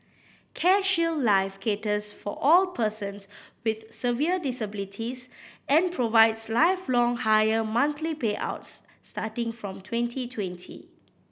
CareShield Life caters for all persons with severe disabilities and provides lifelong higher monthly payouts starting from twenty twenty